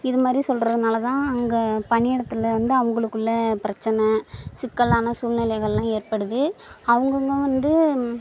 இதுமாதிரி சொல்கிறதுனால தான் அங்கே பணியிடத்தில் வந்து அவர்களுக்குள்ள பிரச்சின சிக்கலான சூழ்நிலைகள்லாம் ஏற்படுது அவுங்கவங்க வந்து